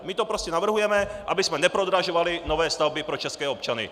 My to prostě navrhujeme, abychom neprodražovali nové stavby pro české občany.